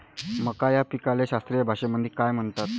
मका या पिकाले शास्त्रीय भाषेमंदी काय म्हणतात?